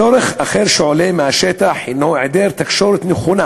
צורך אחר שעולה מהשטח הנו היעדר תקשורת נכונה